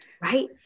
right